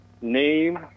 name